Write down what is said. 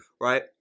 Right